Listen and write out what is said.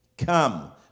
Come